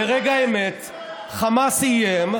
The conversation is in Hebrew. ברגע האמת חמאס איים,